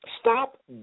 stop